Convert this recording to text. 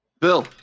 Bill